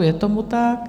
Je tomu tak.